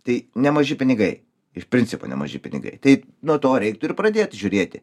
tai nemaži pinigai iš principo nemaži pinigai tai nuo to reiktų ir pradėt žiūrėti